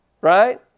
right